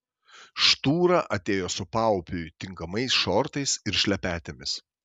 štūra atėjo su paupiui tinkamais šortais ir šlepetėmis